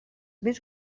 més